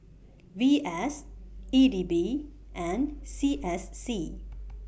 V S E D B and C S C